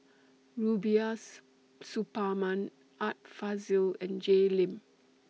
Rubiah Suparman Art Fazil and Jay Lim